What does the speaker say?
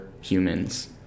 humans